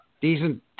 Decent